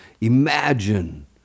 Imagine